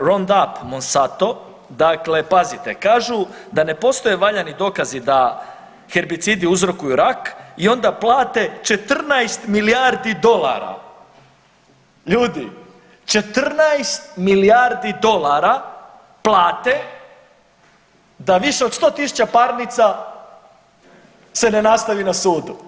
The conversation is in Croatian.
round up Monsanto, dakle pazite kažu da ne postoje valjani dokazi da herbicidi uzrokuju rak i onda plate 14 milijardi dolara, ljudi, 14 milijardi dolara plate da više od 100.000 parnica se ne nastavi na sudu.